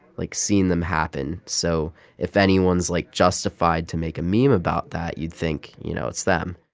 like, seen them happen. so if anyone's, like, justified to make a meme about that, you'd think, you know, it's them